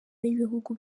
w’ibihugu